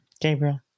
Gabriel